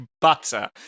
butter